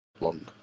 long